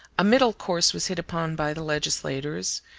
a middle course was hit upon by the legislators,